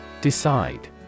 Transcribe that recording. Decide